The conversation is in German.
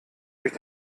durch